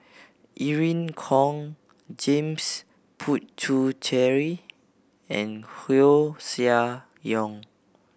Irene Khong James Puthucheary and Koeh Sia Yong